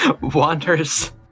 wanders